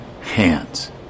hands